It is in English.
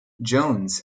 jones